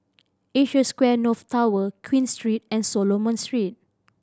Asia Square North Tower Queen Street and Solomon Street